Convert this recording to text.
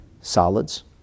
solids